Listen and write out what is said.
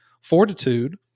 fortitude